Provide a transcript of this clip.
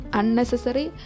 unnecessary